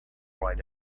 right